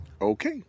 Okay